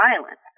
violence